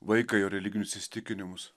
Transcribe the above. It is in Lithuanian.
vaiką jo religinius įsitikinimus